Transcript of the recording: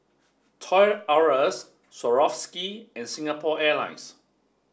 Toy R Us Swarovski and Singapore Airlines